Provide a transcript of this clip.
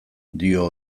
dio